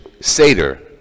Seder